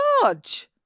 charge